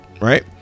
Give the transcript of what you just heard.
right